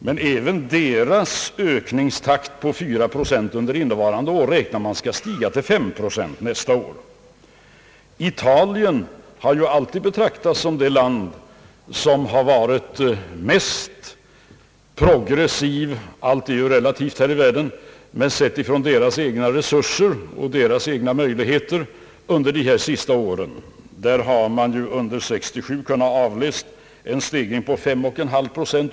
Men även Frankrikes ökningstakt på 4 procent under innevarande år räknar man med skall stiga till 5 procent under nästa år. Italien har alltid betraktats såsom det land som har varit mest progressivt — allt är ju relativt här i världen — men av landets egna resurser och möjligheter under de senaste åren har man under 1967 kunnat utläsa en stegring på 5,5 procent.